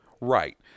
Right